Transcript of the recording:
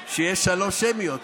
עוד משהו שיעצבן אותנו,